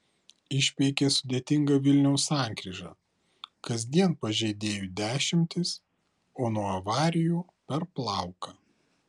išpeikė sudėtingą vilniaus sankryžą kasdien pažeidėjų dešimtys o nuo avarijų per plauką